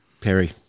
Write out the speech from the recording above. Perry